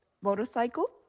motorcycle